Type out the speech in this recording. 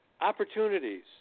opportunities